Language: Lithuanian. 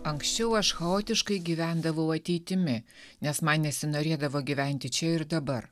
anksčiau aš chaotiškai gyvendavau ateitimi nes man nesinorėdavo gyventi čia ir dabar